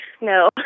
No